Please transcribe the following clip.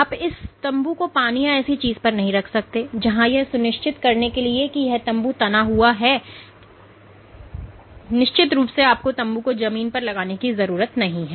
आप इस तंबू को पानी या ऐसी चीज पर नहीं रख सकते हैं जहां यह सुनिश्चित करने के लिए कि यह तंबू तना हुआ है और निश्चित रूप से आपको तंबू को जमीन पर लगाने की जरूरत नहीं है